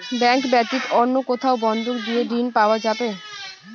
Bank ব্যাতীত অন্য কোথায় বন্ধক দিয়ে ঋন পাওয়া যাবে?